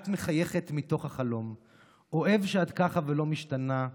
מחייכת מתוך החלום / אוהב שאת ככה ולא משתנה /